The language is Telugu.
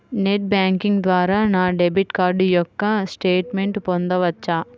నెట్ బ్యాంకింగ్ ద్వారా నా డెబిట్ కార్డ్ యొక్క స్టేట్మెంట్ పొందవచ్చా?